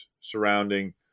surrounding